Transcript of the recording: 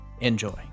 enjoy